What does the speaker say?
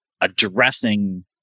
addressing